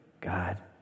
God